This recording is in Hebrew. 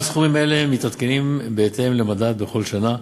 גם סכומים אלה מתעדכנים בהתאם למדד בכל שנה.